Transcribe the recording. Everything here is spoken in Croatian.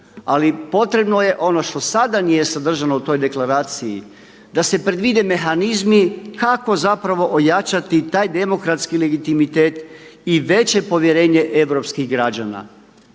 ali potrebno je ono što sada nije sadržano u toj deklaraciji, da se predvide mehanizmi kako zapravo ojačati taj demokratski legitimitet i veće povjerenje europskih građana